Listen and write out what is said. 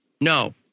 No